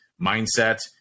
mindset